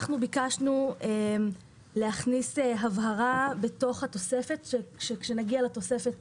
אנחנו ביקשנו להכניס הבהרה בתוך התוספת כשנגיע לתוספת,